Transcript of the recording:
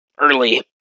early